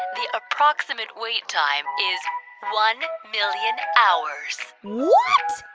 the approximate wait time is one million hours what?